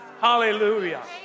Hallelujah